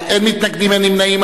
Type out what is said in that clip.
אין מתנגדים, אין נמנעים.